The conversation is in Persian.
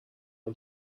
اون